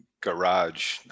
garage